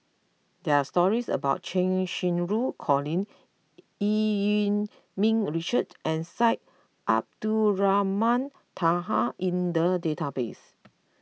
there are stories about Cheng Xinru Colin Eu Yee Ming Richard and Syed Abdulrahman Taha in the database